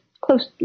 close